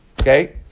Okay